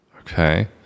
okay